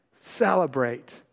celebrate